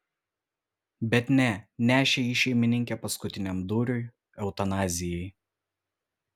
bet ne nešė jį šeimininkė paskutiniam dūriui eutanazijai